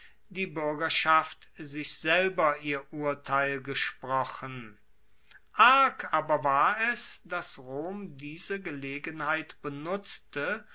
die buergerschaft sich selber ihr urteil gesprochen arg aber war es dass rom diese gelegenheit benutzte